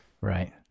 Right